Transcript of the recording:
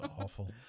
awful